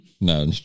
No